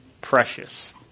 precious